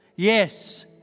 Yes